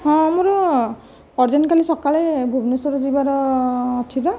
ହଁ ଆମର ଅର୍ଜେଣ୍ଟ କାଲି ସକାଳେ ଭୁବନେଶ୍ୱର ଯିବାର ଅଛି ତ